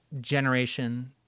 generation